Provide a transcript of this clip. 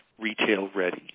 retail-ready